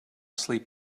sleep